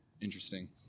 interesting